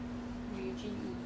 铝